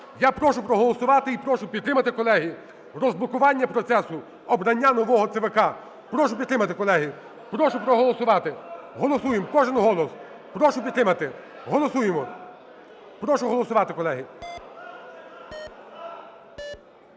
я прошу проголосувати і прошу підтримати, колеги, розблокування процесу обрання нового ЦВК. Прошу підтримати, колеги, прошу проголосувати. Голосуємо. Кожний голос, прошу підтримати. Голосуємо. Прошу голосувати, колеги.